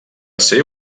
ser